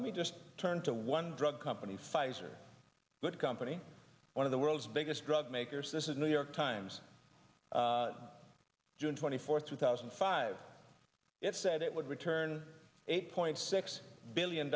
let me just turn to one drug company pfizer that company one of the world's biggest drug makers this is new york times june twenty fourth two thousand and five it said it would return eight point six billion